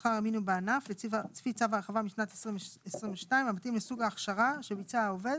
לפי פרסומו בצו ההרחבה משנת 2022 לפי סוג ההכשרה שביצע העובד